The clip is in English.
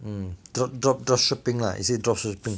mm drop drop drop shipping lah is it drop shipping